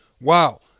Wow